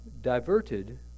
diverted